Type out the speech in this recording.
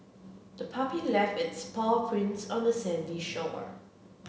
the puppy left its paw prints on the sandy shore